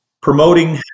promoting